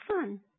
fun